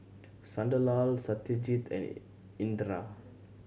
Sunderlal Satyajit and Indira